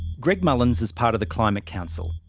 greg mullins is part of the climate council.